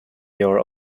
your